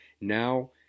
Now